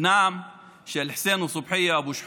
בנם של חסיין וסובחייה אבו שחאדה,